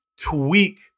tweak